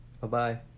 Bye-bye